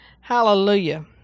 hallelujah